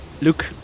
look